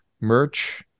merch